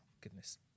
goodness